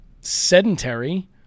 sedentary